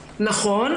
נכון.